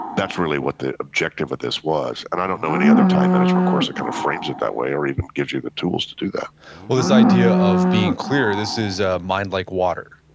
that's really what the objective of this was. and i don't know any other time management course that kind of frames it that way or even gives you the tools to do that well, this idea being clear. this is ah mind like water,